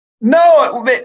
No